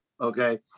Okay